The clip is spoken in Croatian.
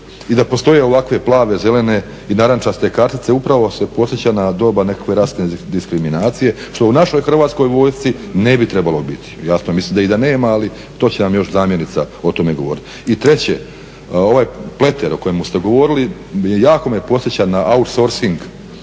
i da postoje ovakve plave, zelene i narančaste kartice. Upravo se podsjeća na doba nekakve rasne diskriminacije što u našoj Hrvatskoj vojci ne bi trebalo biti. Jasno, mislim da i da nema, ali to će nam još zamjenica o tome govoriti. I treće, ovaj Pleter o kojemu ste govorili, jako me podsjeća na outsourcing